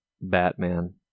Batman